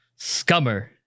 Scummer